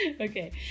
okay